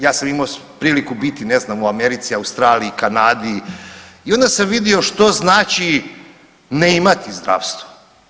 Ja sam imao priliku biti ne znam u Americi, Australiji, Kanadi i onda sam vidio što znači ne imati zdravstvo.